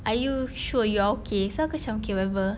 are you sure you're okay so aku macam okay whatever